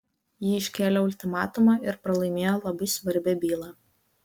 ji iškėlė ultimatumą ir pralaimėjo labai svarbią bylą